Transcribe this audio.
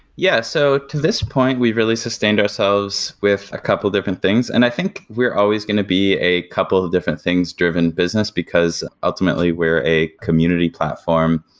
yeah. so to this point, we've really sustained ourselves with a couple different things. and i think we're always going to be a couple of different things-driven business, because ultimately we're a community platform.